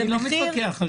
בסדר, אני לא מתווכח על זה.